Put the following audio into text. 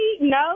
no